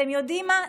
אתם יודעים מה?